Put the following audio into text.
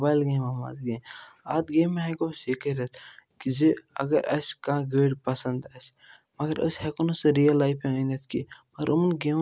mobile گیمَن منٛز یہِ اتھ گیمہِ ہٮ۪کو أسۍ یہِ کٔرِتھ کہِ زِ اَگر اسہِ کانٛہہ گٲڑۍ پَسند آسہِ مَگر أسۍ ہٮ۪کو نہٕ سُہ رِیل لایفہِ منٛز أنِتھ کینٛہہ مَگر یِمَن گیمن منٛز